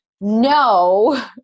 no